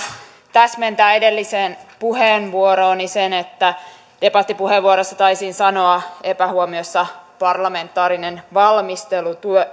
täsmentää edelliseen puheenvuorooni sen että debattipuheenvuorossa taisin sanoa epähuomiossa parlamentaarinen valmistelutyö